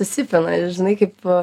susipina ir žinai kaip